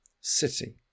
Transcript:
city